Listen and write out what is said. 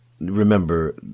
remember